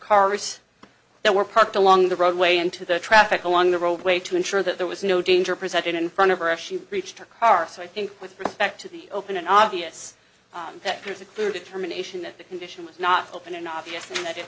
cars that were parked along the roadway into the traffic along the roadway to ensure that there was no danger present in front of her as she reached her car so i think with respect to the open an obvious that there is a clear determination that the condition was not open and obviously that it